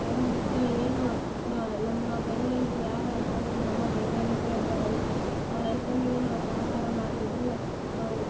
ಅದ್ರ ಏನು ನಾ ನಮ್ಮ ಬೆನ್ನೆಲುಬು ಯಾರು ಅಂತಂದರೆ ನಮ್ಮ ಬೆನ್ನೆಲುಬೇ ಒಬ್ಬ ರೈತ ಆ ರೈತನಿಗೆ ನಾವು ಸಹಕಾರ ಮಾಡ್ದಿದ್ರೆ ನಾವು